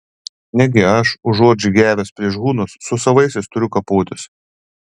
negi aš užuot žygiavęs prieš hunus su savaisiais turiu kapotis